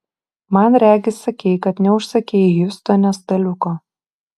man regis sakei kad neužsakei hjustone staliuko